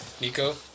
Nico